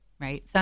right